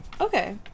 okay